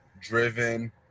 driven